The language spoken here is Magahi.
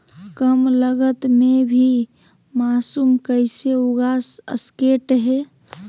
कम लगत मे भी मासूम कैसे उगा स्केट है?